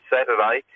Saturday